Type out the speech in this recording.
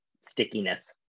stickiness